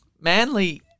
Manly